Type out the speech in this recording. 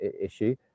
issue